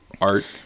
art